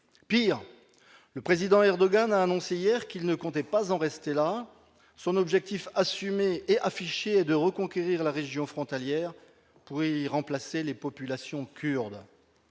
Pis, le président Erdogan a annoncé hier qu'il ne comptait pas en rester là. Son objectif assumé et affiché est de reconquérir la région frontalière pour y remplacer les populations kurdes.